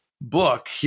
book